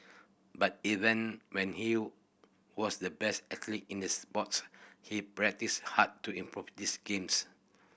but even when he was the best in the sport he practised hard to improve this games